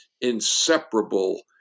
inseparable